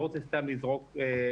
אני לא רוצה סתם לזרוק סכום,